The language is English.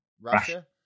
Russia